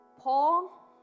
Paul